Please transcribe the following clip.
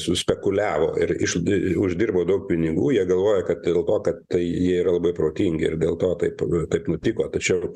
suspekuliavo ir ižd uždirbo daug pinigų jie galvoja kad dėl to kad tai jie labai protingi ir dėl to taip taip nutiko tačiau